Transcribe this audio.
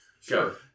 sure